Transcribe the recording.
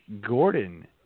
Gordon